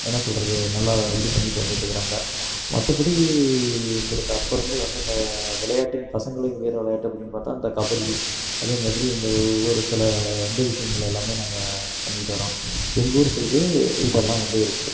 என்ன சொல்கிறது நல்லா இது பண்ணிகிட்டு வந்துட்டுருக்கிறாங்க மற்றபடி எங்களுக்கு அப்போருந்து வந்து இந்த விளையாட்டுனு பசங்களின் வீர விளையாட்டு அப்படினு பார்த்தா இந்த கபடி அதேமாதிரி இந்த ஒவ்வொரு சில இந்த விஷயங்கள் எல்லாமே நாங்கள் பண்ணிகிட்டு வரோம் எங்கூர் சைடு இதெல்லாம் வந்து இருக்குது